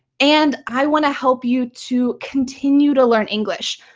and i want to help you to continue to learn english.